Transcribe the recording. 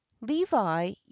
Levi